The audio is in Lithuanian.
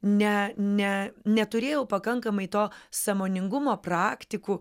ne ne neturėjau pakankamai to sąmoningumo praktikų